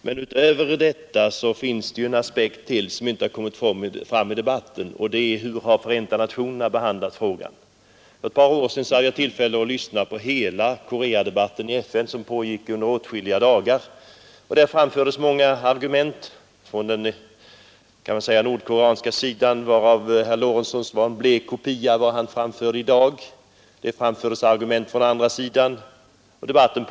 Fru talman! Utskottet anför en fullgod motivering för det ställningstagande som man föreslår att riksdagen skall göra, men därutöver finns det en aspekt som inte har kommit fram i debatten, nämligen hur Förenta nationerna har behandlat frågan. För ett par år sedan hade jag tillfälle att lyssna till hela Koreadebatten i FN, som pågick under åtskilliga dagar. Där framfördes många argument från den nordkoreanska sidan, varav herr Lorentzons anförande i dag var en blek kopia, och det framfördes argument från andra sidan.